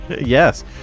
Yes